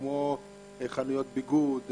כמו חנויות ביגוד,